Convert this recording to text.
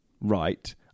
right